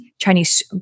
Chinese